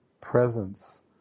presence